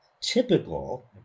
typical